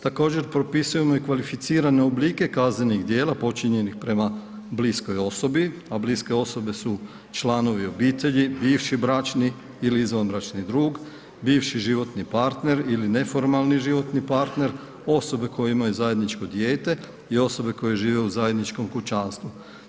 Također propisujemo i kvalificirane oblike kaznenih djela počinjenih prema bliskoj osobi a bliske osobe su članovi obitelji, bivši bračni ili izvanbračni drug, bivši životni partner ili neformalni životni partner, osobe koje imaju zajedničko dijete i osobe koje žive u zajedničkom kućanstvu.